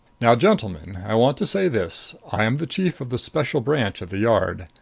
now, gentlemen, i want to say this i am the chief of the special branch at the yard.